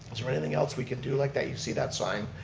is there anything else we can do like that? you see that sign,